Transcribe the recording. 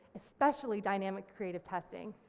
especially dynamic creative testing,